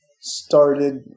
started